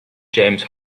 james